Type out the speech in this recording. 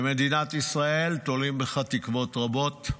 במדינת ישראל תולים בך תקוות רבות.